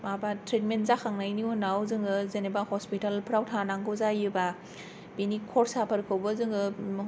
माबा ट्रेदमेन्द जाखांनायनि उनाव जोङो जेनेबा हसपिटालफ्राव थानांगौ जायोबा बिनि खरसा फोरखौबो जोङो